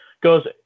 goes